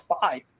five